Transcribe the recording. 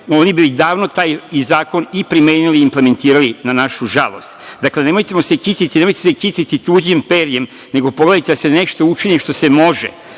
oni bi davno taj zakon i primenili i implementirali, na našu žalost. Dakle, nemojte se kititi tuđim perjem, nego pogledajte da se nešto učini što se može.